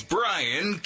Brian